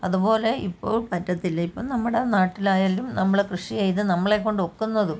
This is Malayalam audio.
അതുപോലെ ഇപ്പോൾ പറ്റത്തില്ല ഇപ്പം നമ്മുടെ നാട്ടിലായാലും നമ്മൾ കൃഷി ചെയ്ത് നമ്മളെക്കൊണ്ട് ഒക്കുന്നത്